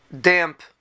damp